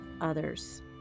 others